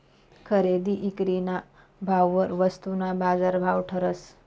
खरेदी ईक्रीना भाववर वस्तूना बाजारभाव ठरस